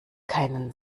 keinen